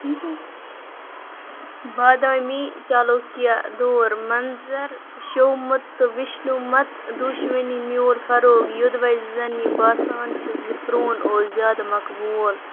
بادٲمی چالوکیا دور منٛزَر شیومُت تہٕ وِشنوٗمت دوٗشؤنی میوٗل فروغ یوٚدوَے زَن یہِ باسان چھُ زِ پرٛون اوس زیادٕ مقبوٗل